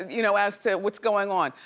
you know as to what's going on.